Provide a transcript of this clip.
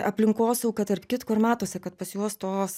aplinkosauga tarp kitko ir matosi kad pas juos tos